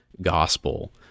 gospel